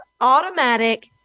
automatic